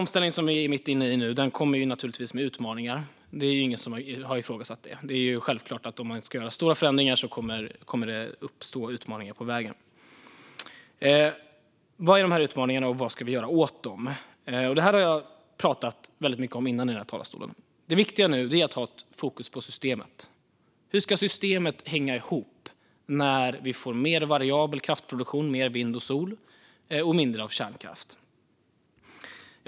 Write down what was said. Omställningen vi är mitt inne i kommer naturligtvis med utmaningar. Det har ingen ifrågasatt. Om man ska göra stora förändringar är det självklart att det uppstår utmaningar på vägen. Vilka är de utmaningarna, och vad ska vi göra åt dem? Jag har pratat mycket om det i den här talarstolen tidigare. Det viktiga nu är att ha fokus på systemet. Hur ska systemet hänga ihop när vi får en mer variabel kraftproduktion, mer av vind och sol och mindre av kärnkraft?